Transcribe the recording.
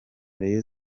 rayon